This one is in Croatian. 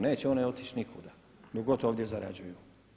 Neće one otići nikuda dok god ovdje zarađuju.